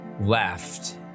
left